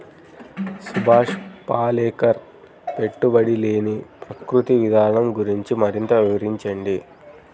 సుభాష్ పాలేకర్ పెట్టుబడి లేని ప్రకృతి విధానం గురించి మరింత వివరించండి